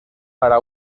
para